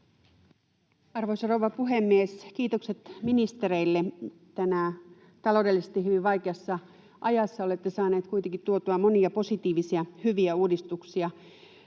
Arvoisa rouva puhemies! Kiitokset ministereille, tänään taloudellisesti hyvin vaikeassa ajassa olette saaneet kuitenkin tuotua monia positiivisia, hyviä uudistuksia.